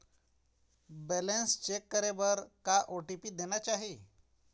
Balance check करे बर का ओ.टी.पी देना चाही?